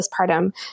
postpartum